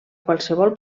qualsevol